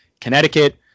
Connecticut